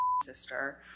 sister